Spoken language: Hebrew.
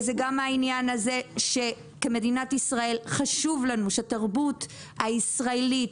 וגם זה שכמדינת ישראל חשוב לנו שהתרבות הישראלית